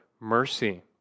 mercy